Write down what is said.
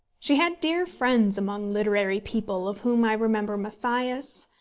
she had dear friends among literary people, of whom i remember mathias,